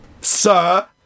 Sir